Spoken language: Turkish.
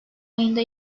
ayında